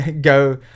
go